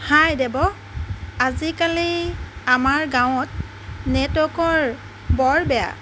হাই দেৱ আজিকালি আমাৰ গাঁৱত নেটৱৰ্কৰ বৰ বেয়া